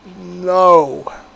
No